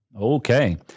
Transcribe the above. Okay